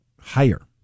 Higher